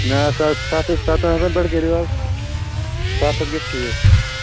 نہ حظ سَتھ سَتھ حظ سَتَن ہَتَن پٮ۪ٹھ کٔرِو حظ سَتھ حظ گژھِ ٹھیٖک